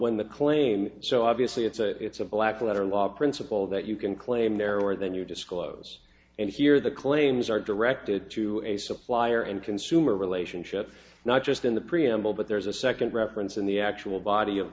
when the claim so obviously it's a it's a black letter law principle that you can claim narrower than your disclose and here the claims are directed to a supplier and consumer relationship not just in the preamble but there's a second reference in the actual body of